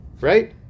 Right